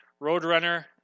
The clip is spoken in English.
Roadrunner